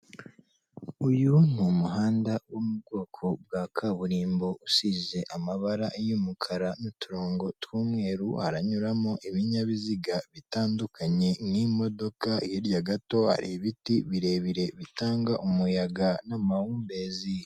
Uyu ni umuhanda wo mu bwoko bwa kaburimbo usize amabara y'umukara n'uturongo tw'umweru haranyuramo ibinyabiziga bitandukanye nk'imodoka, hirya gato ibiti birebire bitanga umuyaga n'amahumbezi.